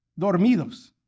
dormidos